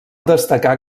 destacar